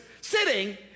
sitting